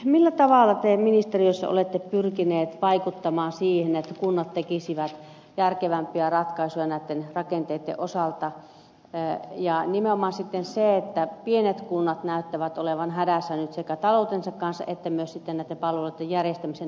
millä tavalla te ministeriössä olette pyrkineet vaikuttamaan siihen että kunnat tekisivät järkevämpiä ratkaisuja näitten rakenteitten osalta kun nimenomaan pienet kunnat näyttävät olevan hädässä nyt sekä taloutensa kanssa että myös sitten näitten palvelujen järjestämisen näkökulmasta